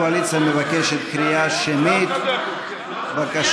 הקואליציה מבקשת קריאה שמית, בבקשה.